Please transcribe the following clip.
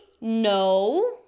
No